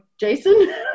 jason